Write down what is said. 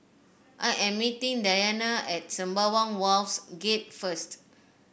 I am meeting Diana at Sembawang Wharves Gate first